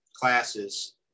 classes